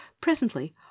Presently